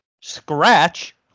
scratch